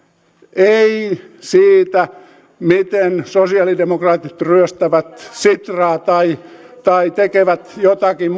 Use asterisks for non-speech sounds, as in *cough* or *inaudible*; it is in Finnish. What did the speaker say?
ei siitä miten sosialidemokraatit ryöstävät sitraa tai tai tekevät joitakin *unintelligible*